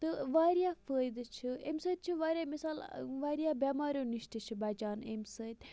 تہٕ واریاہ فٲیِدٕ چھِ امہ سۭتۍ چھِ واریاہ مِثال واریاہ بیٚمارٮ۪و نِش تہِ چھ بَچان امہ سۭتۍ